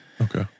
Okay